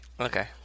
Okay